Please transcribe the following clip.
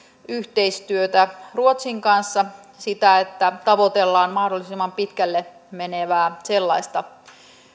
yhteistyötä ruotsin kanssa sitä että tavoitellaan mahdollisimman pitkälle menevää sellaista